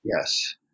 Yes